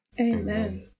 Amen